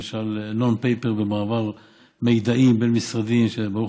למשל non paper במעבר מידעים בין משרדים שברוך